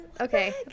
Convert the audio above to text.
Okay